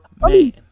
man